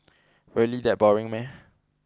really that boring meh